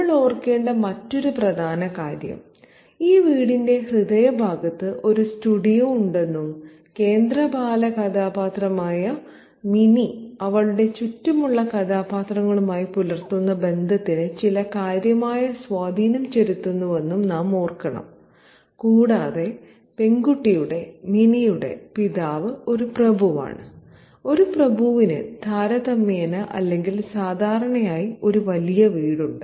നമ്മൾ ഓർക്കേണ്ട മറ്റൊരു പ്രധാന കാര്യം ഈ വീടിന്റെ ഹൃദയഭാഗത്ത് ഒരു സ്റ്റുഡിയോ ഉണ്ടെന്നും കേന്ദ്ര ബാലകഥാപാത്രമായ മിനി അവളുടെ ചുറ്റുമുള്ള കഥാപാത്രങ്ങളുമായി പുലർത്തുന്ന ബന്ധത്തിന് ചില കാര്യമായ സ്വാധീനം ചെലുത്തുന്നുവെന്നും നാം ഓർക്കണം കൂടാതെ പെൺകുട്ടിയുടെ മിനിയുടെ പിതാവ് ഒരു പ്രഭുവാണ് ഒരു പ്രഭുവിന് താരതമ്യേനെ അല്ലെങ്കിൽ സാധാരണയായി ഒരു വലിയ വീടുണ്ട്